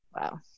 Wow